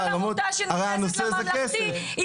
הרי הנושא הוא כסף.